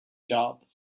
job